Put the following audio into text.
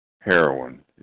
heroin